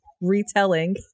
retelling